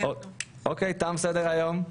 תם סדר-היום.